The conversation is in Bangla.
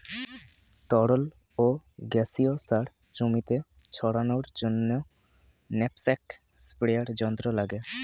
তরল ও গ্যাসীয় সার জমিতে ছড়ানোর জন্য ন্যাপস্যাক স্প্রেয়ার যন্ত্র লাগে